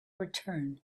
return